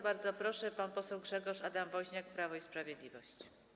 Bardzo proszę, pan poseł Grzegorz Adam Woźniak, Prawo i Sprawiedliwość.